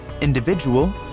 individual